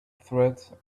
threat